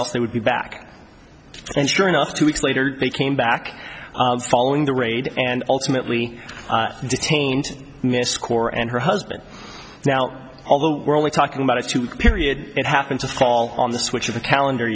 else they would be back and sure enough two weeks later they came back following the raid and ultimately detained miss score and her husband now although we're only talking about a two week period it happened to fall on the switch of the calendar